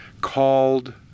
called